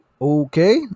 okay